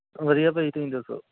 ਵਧੀਆ ਭਾਅ ਜੀ ਤੁਸੀਂ ਦੱਸੋ